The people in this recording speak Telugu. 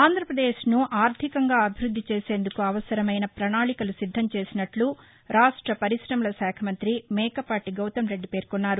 ఆంధ్రప్రదేశ్ను ఆర్దికంగా అభివృద్ది చేసేందుకు అవసరమైన ప్రణాళికలు సిద్దంచేసినట్లు రాష్ట పరికమలశాఖ మంత్రి మేకపాటి గౌతంరెడ్డి పేర్కొన్నారు